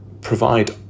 provide